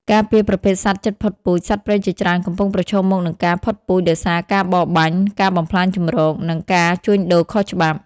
ការពារប្រភេទសត្វជិតផុតពូជ សត្វព្រៃជាច្រើនកំពុងប្រឈមមុខនឹងការផុតពូជដោយសារការបរបាញ់ ការបំផ្លាញជម្រក និងការជួញដូរខុសច្បាប់។